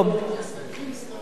אינסטנט